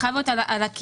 חייב להיות על הקצבה,